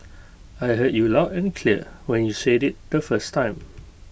I heard you loud and clear when you said IT the first time